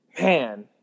Man